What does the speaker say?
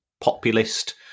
populist